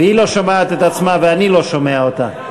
והיא לא שומעת את עצמה ואני לא שומע אותה.